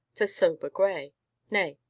to sober grey nay,